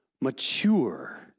mature